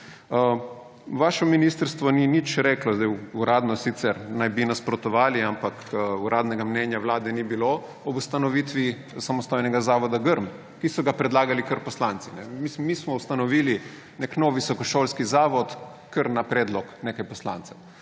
Vaše ministrstvo ni nič reklo, uradno sicer naj bi nasprotovali, ampak uradnega mnenja Vlade ni bilo ob ustanovitvi samostojnega visokošolskega zavoda Grm, ki so ga predlagali kar poslanci. Mi smo ustanovili nek nov visokošolski zavod kar na predlog nekaj poslancev.